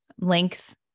length